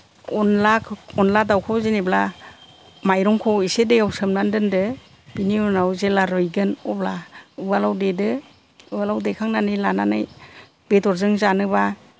अनला अनला दाउखौ जेनेबा माइरंखौ एसे दैयाव सोमनानै दोन्दो बिनि उनाव जेब्ला रुइगोन अब्ला उवालाव देदो उवालाव देखांनानै लानानै बेदरजों जानोबा